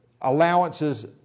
allowances